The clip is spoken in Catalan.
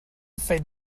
fet